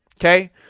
Okay